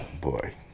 Boy